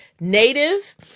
native